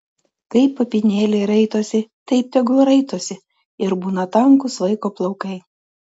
kaip apynėliai raitosi taip tegul raitosi ir būna tankūs vaiko plaukai